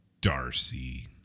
Darcy